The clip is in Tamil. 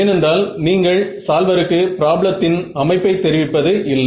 ஏனென்றால் நீங்கள் சால்வருக்கு பிராப்ளத்தின் அமைப்பை தெரிவிப்பது இல்லை